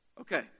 Okay